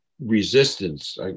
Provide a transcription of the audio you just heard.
resistance